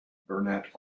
burnett